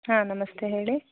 ಹಾಂ ನಮಸ್ತೆ ಹೇಳಿ